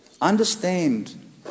Understand